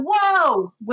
whoa